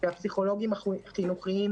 וכנראה שהתוצאות של המגפה הזאת,